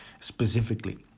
specifically